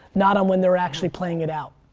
not on when they're actually playing it out.